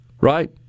right